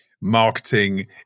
marketing